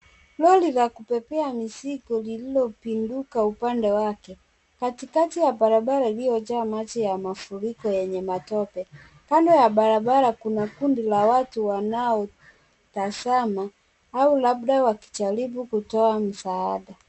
Lori la kubebea mizigo lililopinduka upande wake. Katikati ya barabara iliyojaa maji ya mafuriko yenye matope. Kando ya barabara kuna kundi la watu wanaotazama au labda wakijaribu kutoa msaada.